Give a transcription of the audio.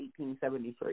1873